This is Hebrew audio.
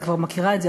את כבר מכירה את זה,